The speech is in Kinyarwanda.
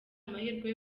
amahirwe